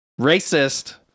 racist